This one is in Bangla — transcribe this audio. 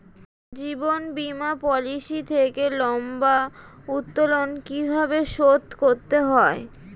জীবন বীমা পলিসি থেকে লম্বা উত্তোলন কিভাবে শোধ করতে হয়?